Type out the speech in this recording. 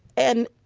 and,